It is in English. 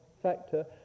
factor